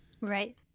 Right